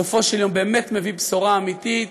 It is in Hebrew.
בסופו של יום באמת מביא בשורה אמיתית